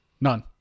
None